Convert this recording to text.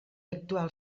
actual